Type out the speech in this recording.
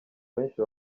benshi